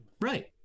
Right